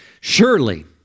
Surely